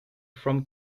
from